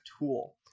tool